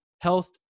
health